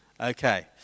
Okay